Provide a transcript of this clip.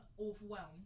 overwhelmed